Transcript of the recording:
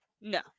No